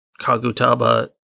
Kagutaba